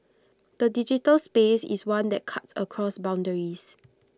the digital space is one that cuts across boundaries